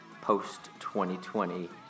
post-2020